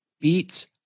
beats